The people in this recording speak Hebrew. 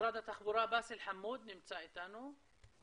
משרד התחבורה, באסל חמוד נמצא איתנו?